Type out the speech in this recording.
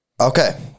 Okay